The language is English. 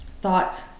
thought